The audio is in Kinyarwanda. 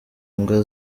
mbwa